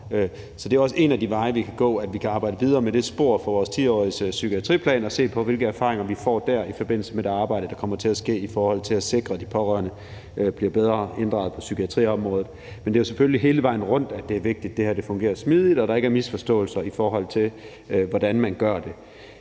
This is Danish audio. Så det er også en af de veje, vi kan gå, altså at vi kan arbejde videre med sporet i vores 10-årige psykiatriplan og se på, hvilke erfaringer vi får dér i forbindelse med det arbejde, der kommer til at ske i forhold til at sikre, at de pårørende bliver bedre inddraget på psykiatriområdet. Men det er selvfølgelig hele vejen rundt, det er vigtigt, at det her fungerer smidigt, og at der ikke er misforståelser, i forhold til hvordan man gør det.